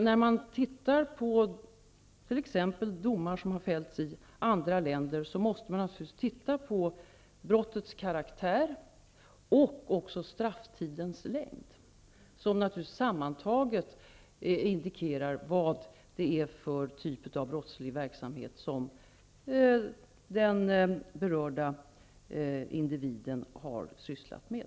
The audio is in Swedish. När man studerar domar som har fällts i andra länder måste man se till brottets karaktär och strafftidens längd, som sammantagna indikerar vilken typ av brottslig verksamhet den berörda individen har sysslat med.